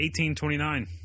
1829